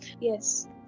Yes